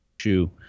shoe